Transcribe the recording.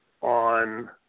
on